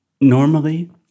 Normally